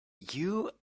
you